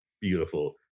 beautiful